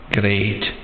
great